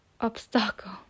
Obstacle